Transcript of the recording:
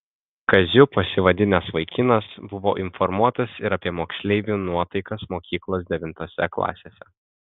kaziu pasivadinęs vaikinas buvo informuotas ir apie moksleivių nuotaikas mokyklos devintose klasėse